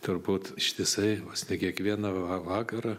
turbūt ištisai vos ne kiekvieną va vakarą